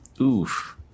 Oof